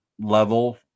level